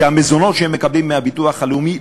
המזונות שהן מקבלות מהביטוח הלאומי,